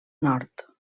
nord